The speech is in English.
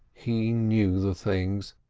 he knew the things.